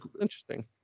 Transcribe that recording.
interesting